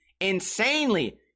insanely